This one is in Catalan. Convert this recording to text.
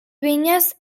vinyes